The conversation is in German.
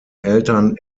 eltern